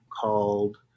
called